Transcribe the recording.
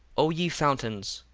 o ye mountains,